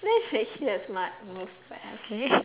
that's actually a smart move but okay